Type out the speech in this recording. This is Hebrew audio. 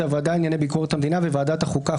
הוועדה לענייני ביקורת המדינה וועדת החוקה,